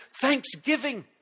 thanksgiving